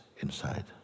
Inside